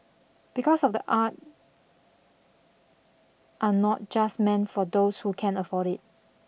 because of the art are not just meant for those who can afford it